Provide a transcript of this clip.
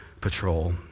Patrol